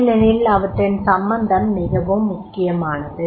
ஏனெனில் அவற்றின் சம்பந்தம் மிகவும் முக்கியமானது